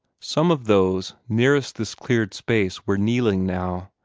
some of those nearest this cleared space were kneeling now,